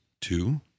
two